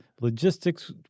logistics